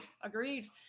Agreed